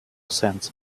sense